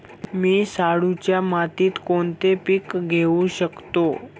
मी शाडूच्या मातीत कोणते पीक घेवू शकतो?